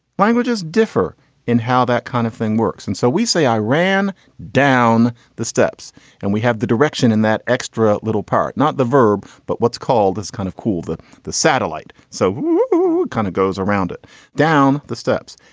languages differ in how that kind of thing works and so we say i ran down the steps and we have the direction in that extra little part, not the verb, but what's called is kind of cool. the the satellite so kind of goes around it down the steps.